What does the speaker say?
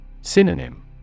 Synonym